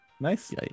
Nice